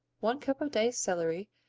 one cup of diced celery,